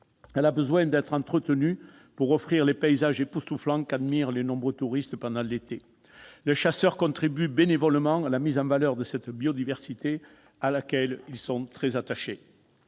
Elle a besoin d'être entretenue pour offrir les paysages époustouflants qu'admirent les nombreux touristes l'été. Les chasseurs contribuent bénévolement à la mise en valeur de cette biodiversité, à laquelle ils sont très attachés.